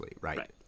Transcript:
Right